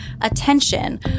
attention